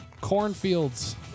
cornfields